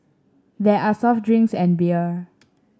there are soft drinks and beer